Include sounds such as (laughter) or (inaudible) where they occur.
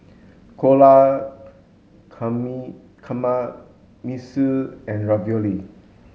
Dhokla (unintelligible) Kamameshi and Ravioli